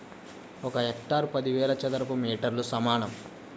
ఒక హెక్టారు పదివేల చదరపు మీటర్లకు సమానం